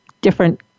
different